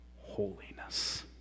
holiness